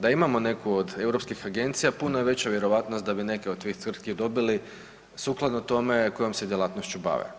Da imamo neku od europskih agencija puno je veća vjerovatnost da bi neka od tih tvrtki dobili sukladno tome kojom se djelatnošću bave.